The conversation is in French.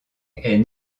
est